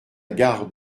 gare